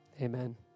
Amen